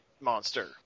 monster